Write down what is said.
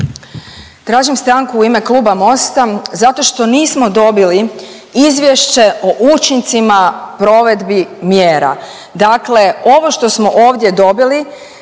Tražim stanku u ime Kluba MOST-a zato što nismo dobili izvješće o učincima provedbi mjera. Dakle, ovo što smo ovdje dobili